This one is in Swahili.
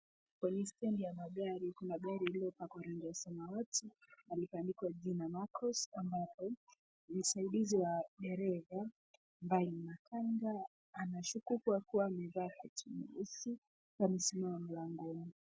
Kwenye stendi ya magari kuna gari lililopakwa rangi ya samawati na likaandikwa jina Narcos ambapo, ni usaidizi wa dereva ambaye ni makanga anashuku kwa kuwa amevaa koti nyeusi amesimama mlangoni.